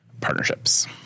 partnerships